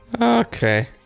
Okay